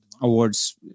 awards